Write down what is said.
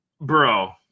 Bro